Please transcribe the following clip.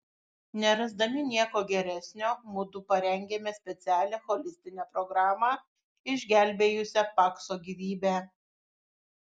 nerasdami nieko geresnio mudu parengėme specialią holistinę programą išgelbėjusią pakso gyvybę